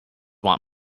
want